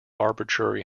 arbitrary